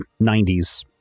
90s